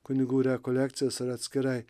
kunigų rekolekcijas ar atskirai